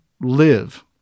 live